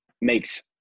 makes